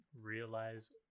realize